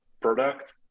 product